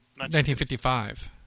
1955